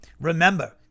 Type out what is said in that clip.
remember